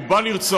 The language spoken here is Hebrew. הוא בא לרצוח,